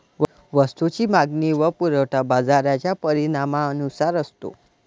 वस्तूची मागणी व पुरवठा बाजाराच्या परिणामानुसार असतो